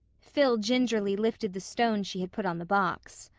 phil gingerly lifted the stone she had put on the box.